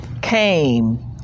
came